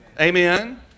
Amen